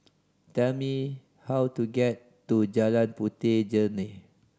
tell me how to get to Jalan Puteh Jerneh